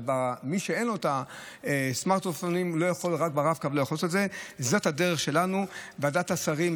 אבל מי שאין לו סמארטפונים לא יכול לעשות את זה רק ברב-קו.